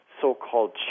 so-called